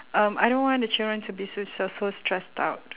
um I don't want the children to be so se~ so stressed out